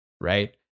right